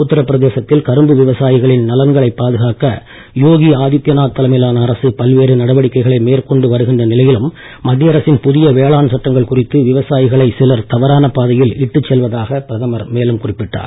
உத்தரபிரதேசத்தில் கரும்பு விவசாயிகளின் நலன்களை பாதுகாக்க யோகி ஆதித்யநாத் தலைமையிலான அரசு பல்வேறு நடவடிக்கைகளை மேற்கொண்டு வருகின்ற நிலையிலும் மத்திய அரசின் புதிய வேளாண் சட்டங்கள் குறித்து விவசாயிகளை சிலர் தவறான பாதையில் இட்டுச் செல்வதாக பிரதமர் மேலும் கூறினார்